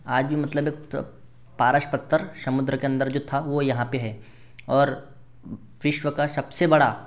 आज भी मतलब एक पारस पत्थर समुन्द्र के अंदर जो था वो यहाँ पर है और विश्व का सबसे बड़ा